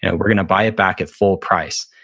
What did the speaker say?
you know we're going to buy it back at full price.